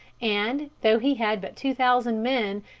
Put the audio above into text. and, though he had but two thousand men,